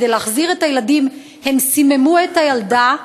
כדי להחזיר את הילדים הם סיממו את הילדה.